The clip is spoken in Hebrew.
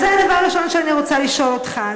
אז זה הדבר הראשון שאני רוצה לשאול אותך.